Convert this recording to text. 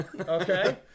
okay